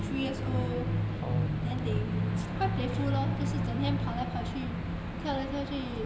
three years old then they quite playful lor 就是整天跑来跑去 跳来跳去